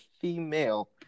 female